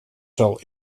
zal